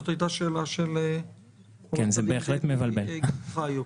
זאת הייתה שאלה של עורכת הדין דבי גילד חיו.